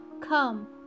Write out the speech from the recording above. come